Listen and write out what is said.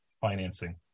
financing